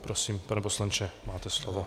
Prosím, pane poslanče, máte slovo.